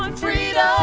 um freedom yeah